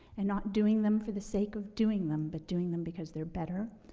and not doing them for the sake of doing them, but doing them because they're better,